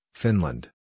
Finland